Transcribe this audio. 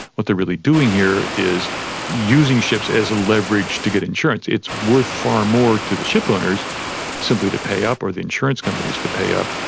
what they're really doing here is using ships as a leverage to get insurance. it's worth far more to the shipowners simply to pay up, or the insurance companies to pay up,